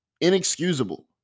inexcusable